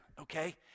okay